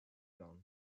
gone